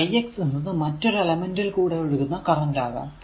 ഈ ix എന്നത് മറ്റൊരു എലെമെന്റിൽ കൂടെ ഒഴുകുന്ന കറന്റ് ആകാം